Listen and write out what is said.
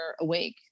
awake